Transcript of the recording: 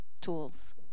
tools